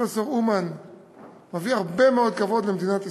פרופסור אומן מביא הרבה מאוד כבוד למדינת ישראל,